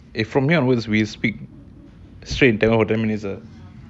eh from here onwards we speak straight in tamil for ten minutes ah